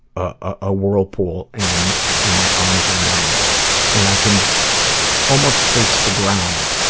a whirlpool and and my arms are numb and i can almost taste the ground